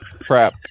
Crap